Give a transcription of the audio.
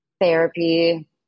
therapy